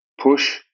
push